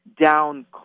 down